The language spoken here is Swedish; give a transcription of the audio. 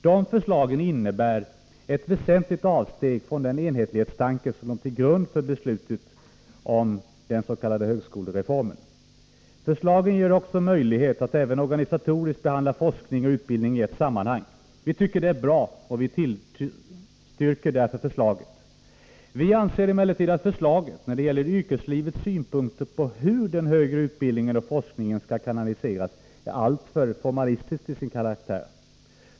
De förslagen innebär ett väsentligt avsteg från den enhetlighetstanke som låg till grund för beslutet om den s.k. högskolereformen. Förslagen ger också möjlighet att även organisatoriskt behandla forskning och utbildning i ett sammanhang. Vi tycker det är bra, och vi tillstyrker det förslaget. Vi anser emellertid att förslaget, när det gäller yrkeslivets synpunkter på hur den högre utbildningen och forskningen skall kanaliseras, är alltför formalistiskt till sin karaktär.